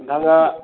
नोंथाङा